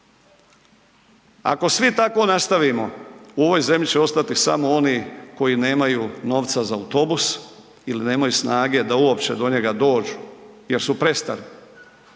Ako svi tako nastavimo, u ovoj zemlji će ostati samo oni koji nemaju novca za autobus ili nemaju snage da uopće do njega dođu jer su prestari.